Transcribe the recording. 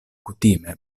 kutime